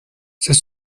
c’est